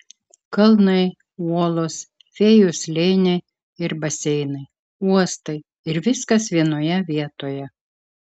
kalnai uolos fėjų slėniai ir baseinai uostai ir viskas vienoje vietoje